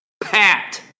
pat